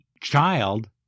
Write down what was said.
child